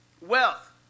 Wealth